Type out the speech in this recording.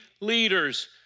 leaders